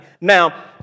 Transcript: Now